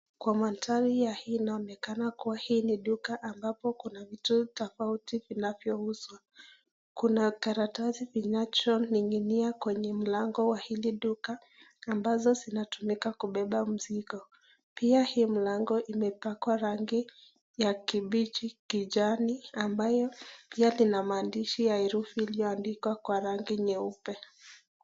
Kwa mandhari ya hii inaonekana kuwa hii ni duka ambapo kuna vitu tofauti zinazouzwa, kuna karatasi kinachoning'inia kwenye mlango wa hili duka ambazo zinatumika kubeba mizigo pia hii mlango imepakwa rangi ya kibichi kijani ambayo pia lina maandishi ya herufi iliyoandikwa kwa rangi nyeupe.